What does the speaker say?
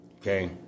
Okay